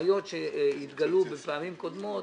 בעיות שהתגלו בפעמים קודמות,